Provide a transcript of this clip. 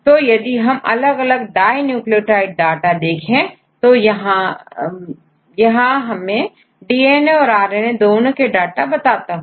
तो यदि हम अलग अलग डाई न्यूक्लियोटाइड डाटा देखें तो यहां में डीएनए और आरएनए दोनों के डाटा बताता हूं